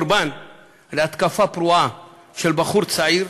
נפל קורבן להתקפה פרועה של בחור צעיר,